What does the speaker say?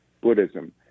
Buddhism